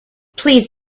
please